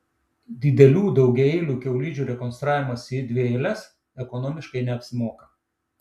didelių daugiaeilių kiaulidžių rekonstravimas į dvieiles ekonomiškai neapsimoka